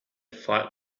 fight